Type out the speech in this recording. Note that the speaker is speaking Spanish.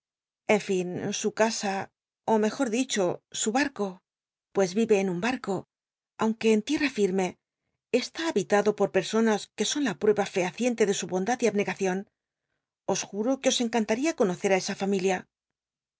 en fln su casa ó mejor dicho su bnrco pues biblioteca nacional de españa da yid copperfield vive en un barco aunc ue en tierm firm e esl i habitado por personas que son la prueba fehaciente de su bondad y abnegacion os juro que os encantmia conocer esa familia t